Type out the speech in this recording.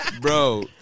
Bro